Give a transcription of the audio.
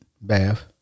Bath